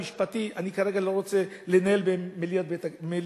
אבל את הדיון המשפטי אני כרגע לא רוצה לנהל במליאת הכנסת.